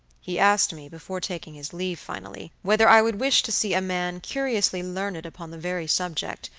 he asked me, before taking his leave finally, whether i would wish to see a man curiously learned upon the very subject,